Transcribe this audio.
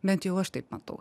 bent jau aš taip matau